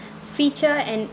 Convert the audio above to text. feature and